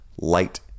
light